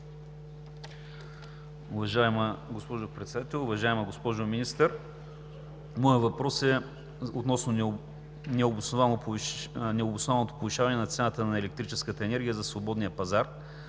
Уважаема госпожо Председател! Уважаема госпожо Министър, моят въпрос е относно необоснованото повишаване на цената на електрическата енергия за свободния пазар.